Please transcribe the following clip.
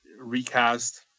recast